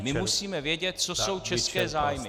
My musíme vědět, co jsou české zájmy.